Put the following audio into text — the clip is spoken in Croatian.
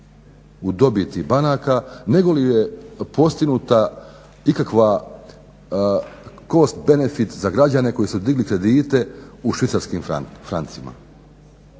u dobiti banaka negoli je postignuta ikakva cost benefit za građane koji su digli kredite u švicarskim francima.